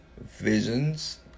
visions